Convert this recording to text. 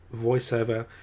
voiceover